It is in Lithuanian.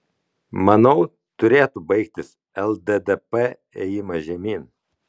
manau turėtų baigtis lddp ėjimas žemyn